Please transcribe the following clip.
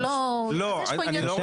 אז יש פה עניין --- לא, לא.